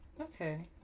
okay